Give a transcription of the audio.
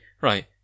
Right